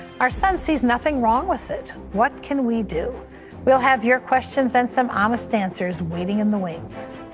our son sees nothing wrong with it. what can we do? we will have your questions and some honest answers waiting in the wings.